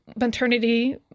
maternity